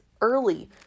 early